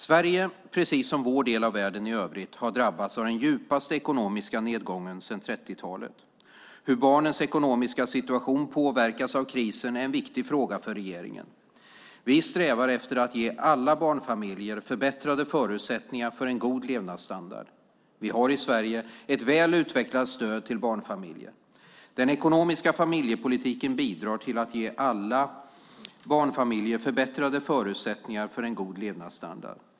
Sverige, precis som vår del av världen i övrigt, har drabbats av den djupaste ekonomiska nedgången sedan 30-talet. Hur barnens ekonomiska situation påverkas av krisen är en viktig fråga för regeringen. Vi strävar efter att ge alla barnfamiljer förbättrade förutsättningar för en god levnadsstandard. Vi har i Sverige ett väl utvecklat stöd till barnfamiljer. Den ekonomiska familjepolitiken bidrar till att ge alla barnfamiljer förbättrade förutsättningar för en god levnadsstandard.